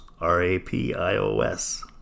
R-A-P-I-O-S